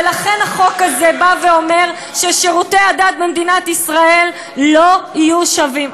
ולכן החוק הזה אומר ששירותי הדת במדינת ישראל לא יהיו שווים.